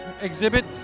exhibit